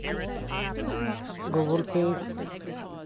Google Pay